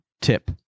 tip